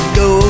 go